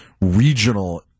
Regional